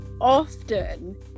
often